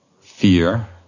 fear